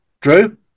Drew